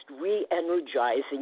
re-energizing